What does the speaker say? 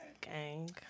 Gang